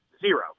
zero